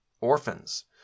orphans